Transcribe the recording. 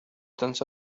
تنس